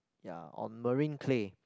ya on marine clay